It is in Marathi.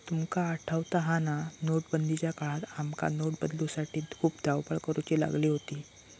तुका आठवता हा ना, नोटबंदीच्या काळात आमका नोट बदलूसाठी खूप धावपळ करुची लागली होती